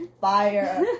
fire